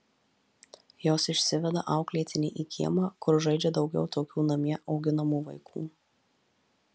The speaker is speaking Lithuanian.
jos išsiveda auklėtinį į kiemą kur žaidžia daugiau tokių namie auginamų vaikų